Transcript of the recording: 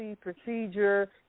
procedure